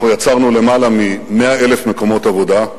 יצרנו למעלה מ-100,000 מקומות עבודה,